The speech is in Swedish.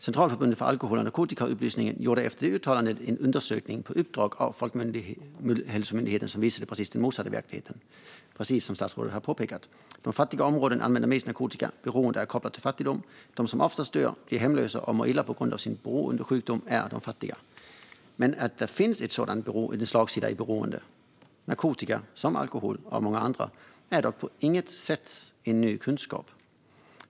Centralförbundet för alkohol och narkotikaupplysning gjorde efter det uttalandet en undersökning på uppdrag av Folkhälsomyndigheten som visade precis den motsatta verkligheten, precis som statsrådet påpekade: Man använder mest narkotika i fattiga områden. Beroende är kopplat till fattigdom, och de som oftast dör, blir hemlösa och mår illa på grund av sin beroendesjukdom är de fattiga. Att det finns en sådan slagsida i beroende, oavsett om det gäller narkotika, alkohol eller något annat, är dock på inget sätt en ny kunskap.